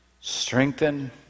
strengthen